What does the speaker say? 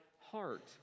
heart